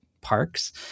parks